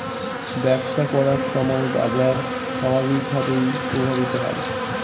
ব্যবসা করার সময় বাজার স্বাভাবিকভাবেই প্রভাবিত হয়